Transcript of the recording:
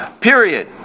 Period